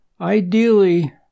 Ideally